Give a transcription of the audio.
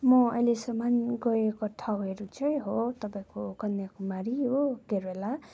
म अहिलेसम्म गएको ठाउँहरू चाहिँ हो तपाईँको कन्याकुमारी हो केरेला